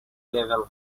level